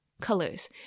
colors